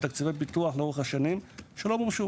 תקציבי פיתוח לאורך השנים שלא מומשו,